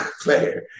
player